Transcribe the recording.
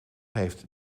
heeft